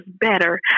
better